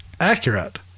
accurate